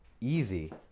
easy